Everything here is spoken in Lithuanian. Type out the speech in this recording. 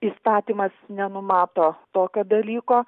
įstatymas nenumato tokio dalyko